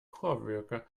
coworker